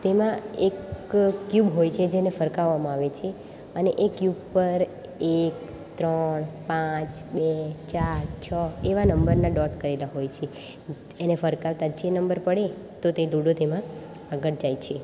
તેમાં એક ક્યૂબ હોય છે જેને ફરકાવામાં આવે છે અને એ ક્યૂબ પર એક ત્રણ પાંચ બે ચાર છ એવા નંબરના ડોટ કરેલા હોય છે એને ફરકાવતા જે નંબર પડે તો તે લૂડો તેમાં આગળ જાય છે